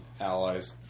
allies